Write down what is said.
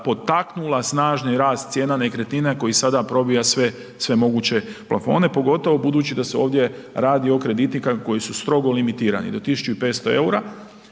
potaknula snažni rast cijena nekretnina koji sada probija sve, sve moguće plafone. Pogotovo budući da se ovdje radi o kreditima koji su strogo limitirani, do 1.500 EUR-a